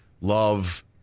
love